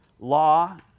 law